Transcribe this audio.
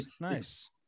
nice